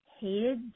hated